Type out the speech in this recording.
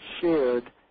shared